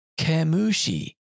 Kemushi